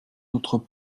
notre